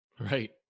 Right